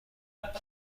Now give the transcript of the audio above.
ماند